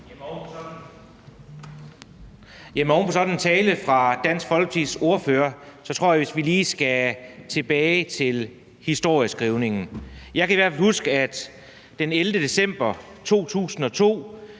(S): Oven på sådan en tale fra Dansk Folkepartis ordfører tror jeg vist at vi lige skal tilbage til historieskrivningen. Jeg kan i hvert fald huske, at den 11. december 2002